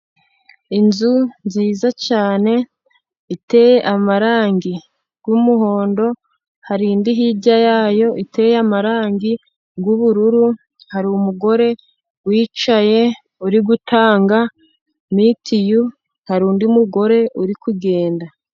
Inzu nziza cyane iteye amarangi y'umuhondo hari indi hirya yayo iteye amarangi y'ubururu, hari umugore wicaye uri gutanga mitiyu hari undi mugore uri kugenda.